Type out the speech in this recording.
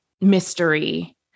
mystery